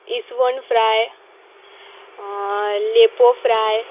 इस्वण फ्राय लेपो फ्राय